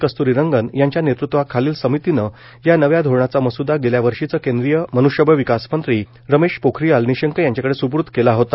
कस्तुरीरंगन यांच्या नेतृत्वाखालील समीतीनं या नव्या धोरणाचा मसुदा गेल्या वर्षीचं केंद्रीय मनुष्यबळ विकास मंत्री रमेश पोखरीयाल निशंक यांच्या कडे स्पूर्त केला होता